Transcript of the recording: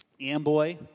Amboy